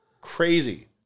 crazy